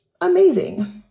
amazing